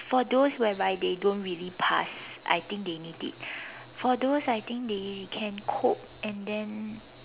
for those whereby they don't really pass I think they need it for those I think they can cope and then